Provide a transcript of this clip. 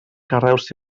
carreus